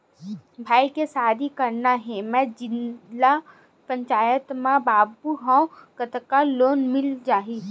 भाई के शादी करना हे मैं जिला पंचायत मा बाबू हाव कतका लोन मिल जाही?